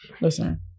listen